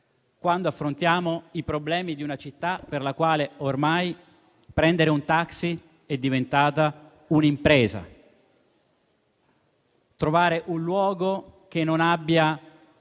quando affrontiamo i problemi di una città nella quale ormai prendere un taxi è diventata un'impresa, in cui trovare un luogo nel quale